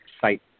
site